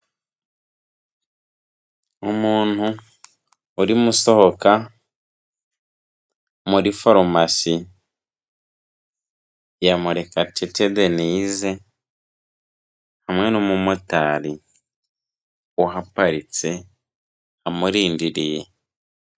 Umuntu urimo usohoka, muri farumasi ya Murekatete Denyse, hamwe n'umumotari, uhaparitse, amurindiriye.